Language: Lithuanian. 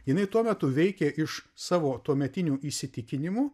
jinai tuo metu veikė iš savo tuometinių įsitikinimų